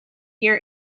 your